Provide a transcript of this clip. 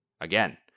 Again